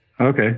Okay